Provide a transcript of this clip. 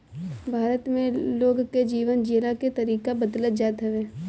भारत में लोग के जीवन जियला के तरीका बदलत जात हवे